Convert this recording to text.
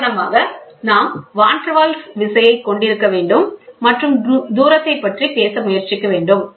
உதாரணமாக நாம் van der Waals விசையைக் கொண்டிருக்க வேண்டும் மற்றும் தூரத்தைப் பற்றி பேச முயற்சிக்க வேண்டும்